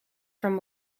from